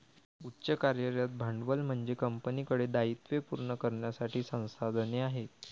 उच्च कार्यरत भांडवल म्हणजे कंपनीकडे दायित्वे पूर्ण करण्यासाठी संसाधने आहेत